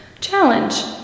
challenge